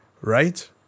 right